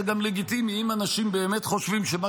זה גם לגיטימי כי אם אנשים באמת חושבים שמה